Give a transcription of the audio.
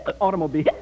Automobile